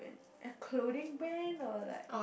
a clothing brand or like